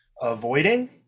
avoiding